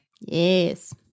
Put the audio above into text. Yes